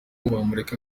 bamureka